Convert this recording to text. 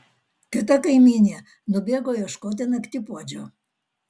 kita kaimynė nubėgo ieškoti naktipuodžio